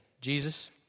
Jesus